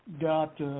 got